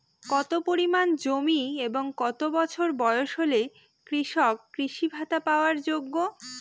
কত পরিমাণ জমি এবং কত বছর বয়স হলে কৃষক কৃষি ভাতা পাওয়ার যোগ্য?